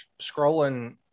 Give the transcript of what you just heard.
scrolling